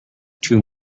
too